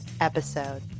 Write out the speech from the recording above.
episode